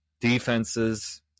defenses